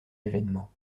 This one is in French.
événements